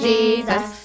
Jesus